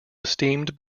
esteemed